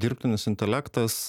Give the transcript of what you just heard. dirbtinis intelektas